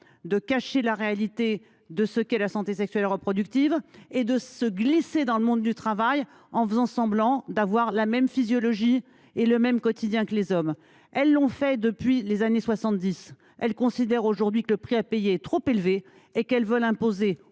de cacher la réalité de ce qu’est la santé sexuelle et reproductive et de se glisser dans le monde du travail en faisant semblant d’avoir la même physiologie et le même quotidien que les hommes. Elles l’ont fait depuis les années 1970. Désormais, elles considèrent que le prix à payer est trop élevé. Elles veulent donc imposer